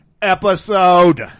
episode